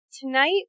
Tonight